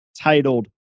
titled